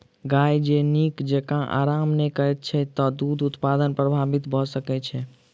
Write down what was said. गाय जँ नीक जेँका आराम नै करैत छै त दूध उत्पादन प्रभावित भ सकैत छै